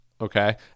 Okay